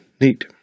Neat